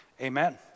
Amen